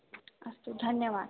अस्तु धन्यवादः